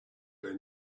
they